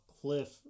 Cliff